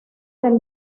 del